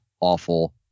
awful